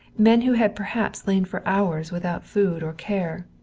men who had perhaps lain for hours without food or care.